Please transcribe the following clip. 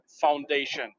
foundation